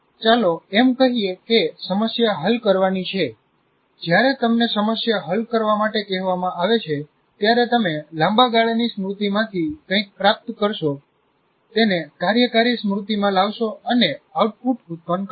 ચાલો એમ કહીએ કે સમસ્યા હલ કરવાની છે જ્યારે તમને સમસ્યા હલ કરવા માટે કહેવામાં આવે છે ત્યારે તમે લાંબા ગાળાની સ્મૃતિમાંથી કંઈક પ્રાપ્ત કરશો તેને કાર્યકારી સ્મૃતિમાં લાવશો અને આઉટપુટ ઉત્પન્ન કરશો